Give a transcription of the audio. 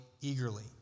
eagerly